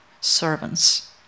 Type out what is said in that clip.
servants